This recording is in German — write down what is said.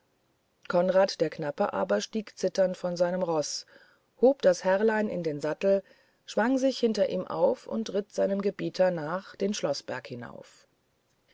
konrad der knappe aber stieg zitternd von seinem roß hob das herrlein in den sattel schwang sich hinter ihn auf und ritt seinem gebieter nach den schloßberg hinauf